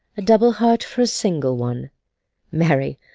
a double heart for a single one marry,